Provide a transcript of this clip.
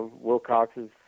Wilcox's